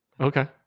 Okay